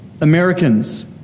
Americans